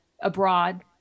abroad